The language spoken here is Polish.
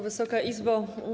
Wysoka Izbo!